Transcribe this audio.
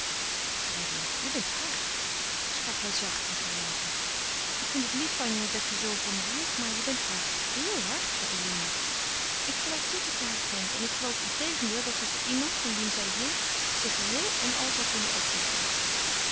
freddy je bent hard sprak hij zacht en verwijtend ik vind het lief van je dat je zoo voor me voelt maar je bent hard heel hard voor eline ik geloof niet dat je haar kent en ik geloof integendeel dat ze voor iemand van wien zij hield zich geheel en al zou kunnen opofferen